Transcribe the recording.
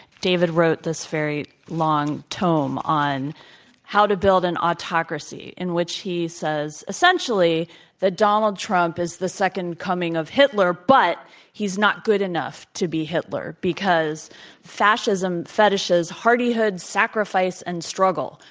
david wrote this very long tome on how to build an autocracy in which he says essentially that donald trump is the second coming of hitler, but he's not good enough to be hitler because fascists fascism fetishes hardihood, sacrifice, and struggle,